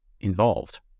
involved